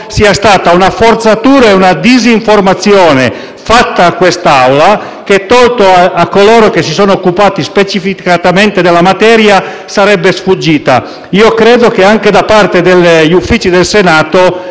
sia stata una forzatura e una disinformazione, fatta a questa Assemblea, che, a parte coloro che si sono occupati specificatamente della materia, sarebbe sfuggita. Credo che, anche da parte degli Uffici del Senato,